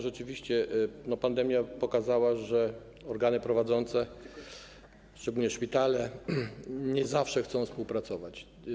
Rzeczywiście, pandemia pokazała, że organy prowadzące szczególnie szpitale nie zawsze chcą współpracować.